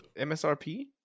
MSRP